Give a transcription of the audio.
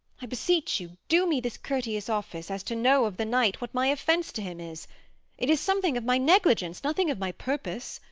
i beseech you, do me this courteous office, as to know of the knight what my offence to him is it is something of my negligence, nothing of my purpose.